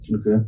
okay